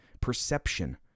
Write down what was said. perception